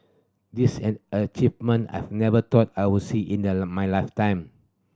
this an achievement I've never thought I would see in the my lifetime